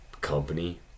company